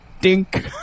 Dink